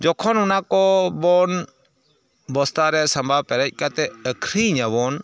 ᱡᱚᱠᱷᱚᱱ ᱚᱱᱟᱠᱚ ᱵᱚᱱ ᱵᱚᱥᱛᱟᱨᱮ ᱥᱟᱸᱵᱟᱣ ᱯᱮᱨᱮᱡ ᱠᱟᱛᱮ ᱟᱹᱠᱷᱨᱤᱧ ᱟᱵᱚᱱ